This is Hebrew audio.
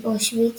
לאושוויץ